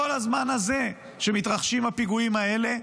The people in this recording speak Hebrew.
בכל הזמן הזה שמתרחשים הפיגועים האלה,